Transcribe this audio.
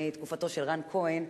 מתקופתו של רן כהן.